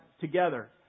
together